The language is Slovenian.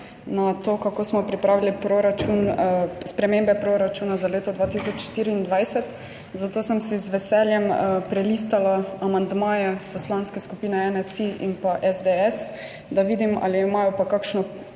na to, kako smo pripravili spremembe proračuna za leto 2024, zato sem si z veseljem prelistala amandmaje poslanskih skupin NSi in SDS, da vidim, ali imajo kakšen